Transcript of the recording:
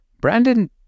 Brandon